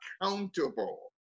accountable